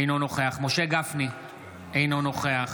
אינו נוכח